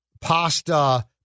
Pasta